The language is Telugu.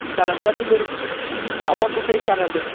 నా నంబర్ ఉంది అమౌంట్ ఇస్తే ఇస్తాను అండి